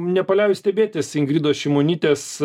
nepaliauju stebėtis ingridos šimonytės